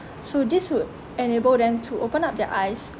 so this would enable them to open up their eyes